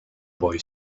boy